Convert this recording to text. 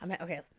Okay